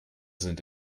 sind